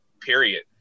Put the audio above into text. period